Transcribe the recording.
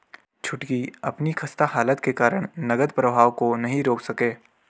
छुटकी अपनी खस्ता हालत के कारण नगद प्रवाह को नहीं रोक सके